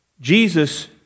Jesus